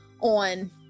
on